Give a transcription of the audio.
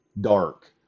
dark